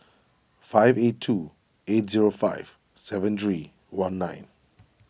five eight two eight zero five seven three one nine